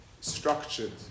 structured